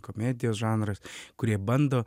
komedijos žanras kurie bando